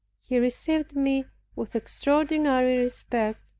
he received me with extraordinary respect,